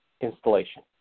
installation